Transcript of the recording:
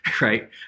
right